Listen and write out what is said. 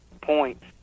points